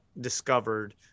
discovered